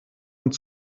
und